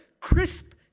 crisp